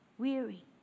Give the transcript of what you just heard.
weary